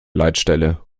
leitstelle